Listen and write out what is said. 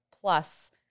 plus